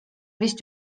vist